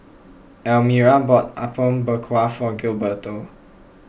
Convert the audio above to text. Elmyra bought Apom Berkuah for Gilberto